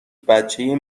بچه